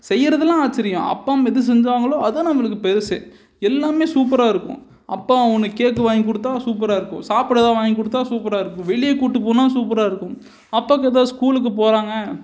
செய்யறதுலாம் ஆச்சரியம் அப்பா அம்மா எது செஞ்சாங்களோ அதான் நம்மளுக்கு பெருசு எல்லாமே சூப்பராக இருக்கும் அப்பாவை ஒன்று கேக்கு வாங்கி கொடுத்தா சூப்பராக இருக்கும் சாப்படை எதா வாங்கி கொடுத்தா சூப்பராக இருக்கும் வெளியே கூப்பிட்டு போனால் சூப்பராக இருக்கும் அப்பாக்கு எதா ஸ்கூலுக்கு போகறாங்க